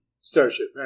Starship